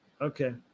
Okay